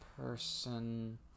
person